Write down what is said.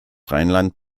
rheinland